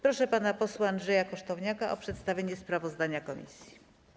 Proszę pana posła Andrzeja Kosztowniaka o przedstawienie sprawozdania komisji.